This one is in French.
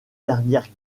dernières